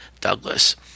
Douglas